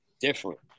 Different